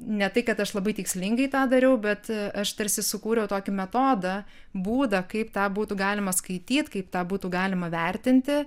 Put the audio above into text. ne tai kad aš labai tikslingai tą dariau bet aš tarsi sukūriau tokį metodą būdą kaip tą būtų galima skaityt kaip tą būtų galima vertinti